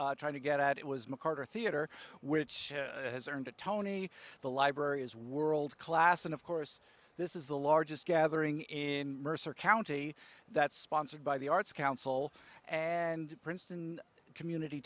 trying to get out it was mccarter theatre which has earned a tony the library is world class and of course this is the largest gathering in mercer county that's sponsored by the arts council and princeton community